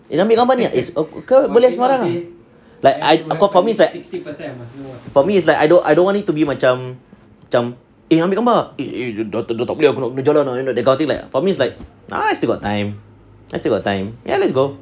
boleh ambil gambar ni boleh sebarang ah like I for me is like for me is like I don't I don't want it to be macam that kind of thing like for me is like I still got time I still got time ya let's go